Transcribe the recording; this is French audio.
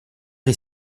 est